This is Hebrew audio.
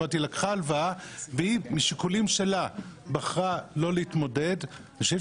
היא לקחה הלוואה והיא משיקולים שלה בחרה לא להתמודד אני חושב